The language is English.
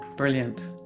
Brilliant